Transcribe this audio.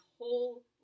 whole